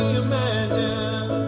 imagine